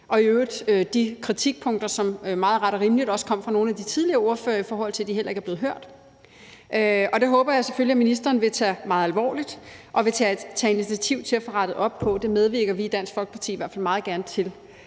og i øvrigt er der de kritikpunkter, som meget ret og rimeligt også kom fra nogle af de tidligere ordførere, i forhold til at de heller ikke er blevet hørt. Og det håber jeg selvfølgelig at ministeren vil tage meget alvorligt og tage initiativ til at få rettet op på. Det medvirker vi i Dansk Folkeparti i hvert fald meget gerne til.